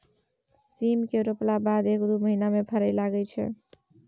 सीम केँ रोपला बाद एक दु महीना मे फरय लगय छै